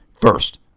first